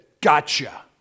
gotcha